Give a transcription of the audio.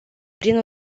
prin